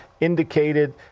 indicated